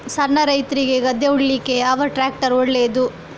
ಸಣ್ಣ ರೈತ್ರಿಗೆ ಗದ್ದೆ ಉಳ್ಳಿಕೆ ಯಾವ ಟ್ರ್ಯಾಕ್ಟರ್ ಒಳ್ಳೆದು?